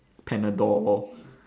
panadol